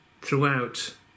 throughout